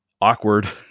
awkward